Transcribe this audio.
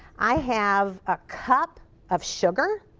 i have a cup of sugar